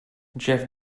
jeff